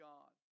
God